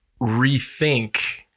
rethink